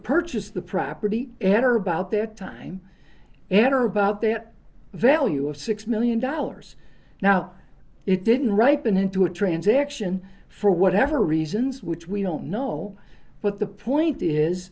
purchase the property and her about their time and her about their value of six million dollars now it didn't write been into a transaction for whatever reasons which we don't know but the point is